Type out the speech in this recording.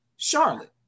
Charlotte